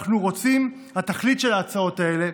אנחנו רוצים, התכלית של ההצעות האלה